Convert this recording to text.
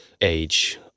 age